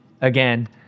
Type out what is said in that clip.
again